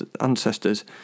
ancestors